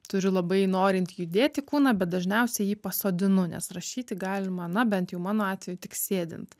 turiu labai norint judėti kūną bet dažniausiai jį pasodinu nes rašyti galima na bent jau mano atveju tik sėdint